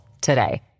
today